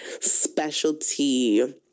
specialty